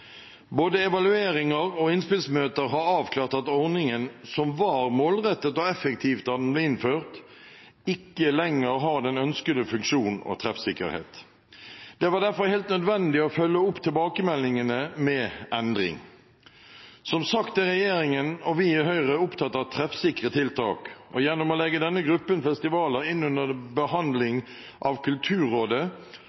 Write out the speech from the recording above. avklart at ordningen, som var målrettet og effektiv da den ble innført, ikke lenger har den ønskede funksjon og treffsikkerhet. Det var derfor helt nødvendig å følge opp tilbakemeldingene med endring. Som sagt er regjeringen og vi i Høyre opptatt av treffsikre tiltak. Gjennom å legge denne gruppen festivaler inn under behandling av Kulturrådet